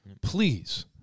Please